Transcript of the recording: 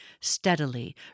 steadily